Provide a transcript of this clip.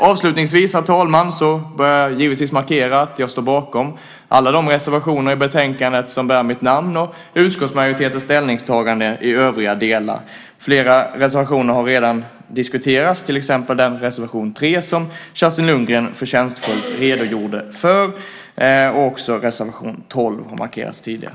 Avslutningsvis, herr talman, vill jag givetvis markera att jag står bakom alla de reservationer som bär mitt namn och utskottsmajoritetens ställningstagande i övriga delar. Flera reservationer har redan diskuterats, till exempel reservation 3 som Kerstin Lundgren förtjänstfullt redogjorde för, och också reservation 12 har markerats tidigare.